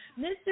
Mr